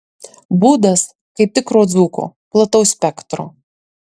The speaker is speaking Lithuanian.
būdas kaip tikro dzūko plataus spektro